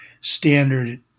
standard